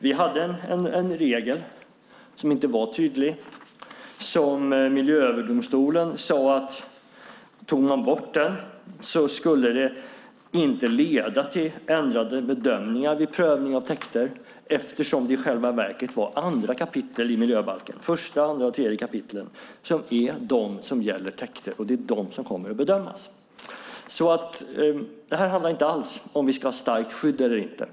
Vi hade en regel som inte var tydlig. Där sade Miljööverdomstolen att om man tog bort den skulle det inte leda till ändrade bedömningar vid prövning av täkter eftersom det i själva verket är 2 kap. i miljöbalken - 1, 2 och 3 kap. - som gäller täkter, och det är de som kommer att bedömas. Det handlar inte om ifall vi ska ha starkt skydd eller inte.